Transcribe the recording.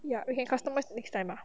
ya you can customize next time lah